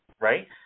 Right